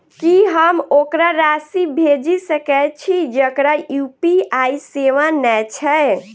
की हम ओकरा राशि भेजि सकै छी जकरा यु.पी.आई सेवा नै छै?